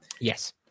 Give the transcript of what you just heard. Yes